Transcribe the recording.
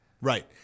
Right